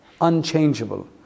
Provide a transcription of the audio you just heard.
Unchangeable